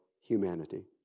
humanity